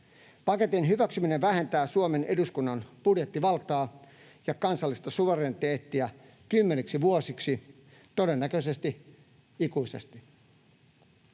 Paketin hyväksyminen vähentää Suomen eduskunnan budjettivaltaa ja kansallista suvereniteettia kymmeniksi vuosiksi, todennäköisesti ikuisesti.